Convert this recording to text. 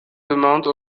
demande